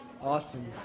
Awesome